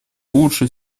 лучше